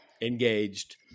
engaged